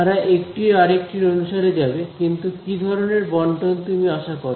তারা একটি আরেকটির অনুসারে যাবে কিন্তু কি ধরনের বন্টন তুমি আশা করে